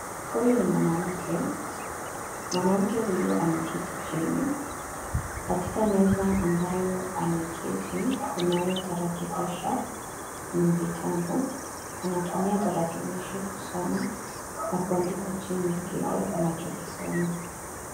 Huyu ni mwanamke. Mwanamke huyu ameketi chini. Katika meza ambayo ameketi kunayo taarakilishi na vitabu. Anatumia tarakilishi kusoma na kuandika chini kile anachokisoma.